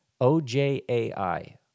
O-J-A-I